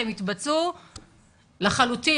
הם יתבצעו לחלוטין.